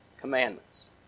commandments